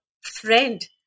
friend